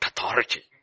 authority